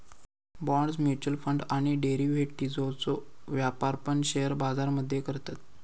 bonds, mutual fund आणि डेरिव्हेटिव्ह्जचो व्यापार पण शेअर बाजार मध्ये करतत